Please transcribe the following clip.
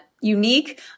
unique